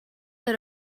that